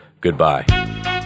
Goodbye